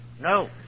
No